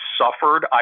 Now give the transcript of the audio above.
suffered